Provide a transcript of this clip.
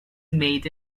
made